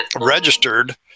registered